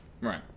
Right